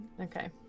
Okay